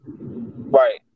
Right